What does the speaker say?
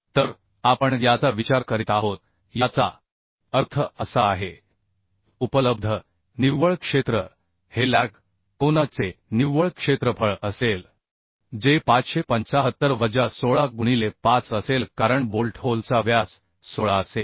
तरag आपण याचा विचार करीत आहोत याचा अर्थ असा आहे की उपलब्ध निव्वळ क्षेत्र हे लॅग कोना चे निव्वळ क्षेत्रफळ असेल जे 575 वजा 16 गुणिले 5 असेल कारण बोल्ट होलचा व्यास 16 असेल